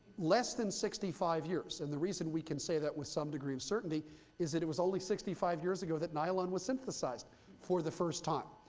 less than sixty five years. and the reason we can say that with some degree of certainty is it was only sixty five years ago that nylon was synthesized for the first time.